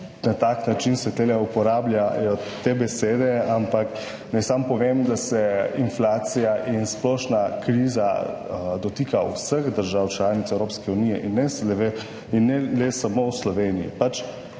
na tak način se tu uporabljajo te besede, ampak naj samo povem, da se inflacija in splošna kriza dotika vseh držav članic Evropske unije in ne le in ne le samo v Sloveniji.